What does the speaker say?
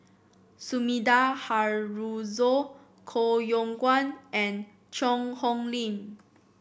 Sumida Haruzo Koh Yong Guan and Cheang Hong Lim